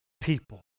people